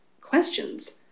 questions